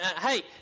Hey